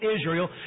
Israel